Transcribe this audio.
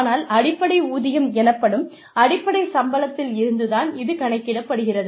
ஆனால் அடிப்படை ஊதியம் எனப்படும் அடிப்படை சம்பளத்தில் இருந்து தான் இது கணக்கிடப்படுகிறது